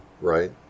Right